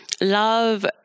love